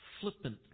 flippantly